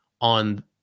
on